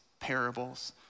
parables